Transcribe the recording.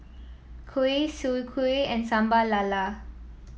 kuih Soon Kuih and Sambal Lala